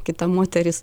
kita moteris